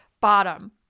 bottom